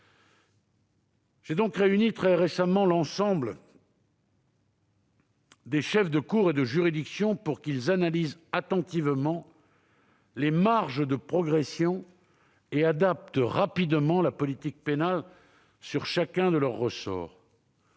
J'ai donc réuni très récemment l'ensemble des chefs de cour et de juridiction pour qu'ils analysent attentivement les marges de progression et qu'ils adaptent rapidement la politique pénale dans chacun de leur ressort.